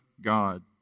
god